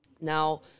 Now